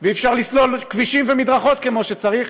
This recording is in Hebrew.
ואי-אפשר לסלול כבישים ומדרכות כמו שצריך,